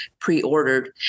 pre-ordered